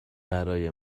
برای